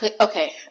okay